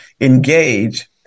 engage